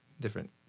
different